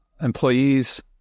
employees